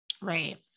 right